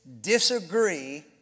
disagree